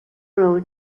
role